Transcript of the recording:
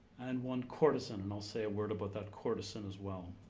and one courtesan, and i'll say a word about that courtesan as well.